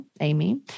Amy